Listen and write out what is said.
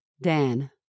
Dan